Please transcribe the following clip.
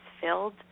filled